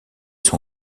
son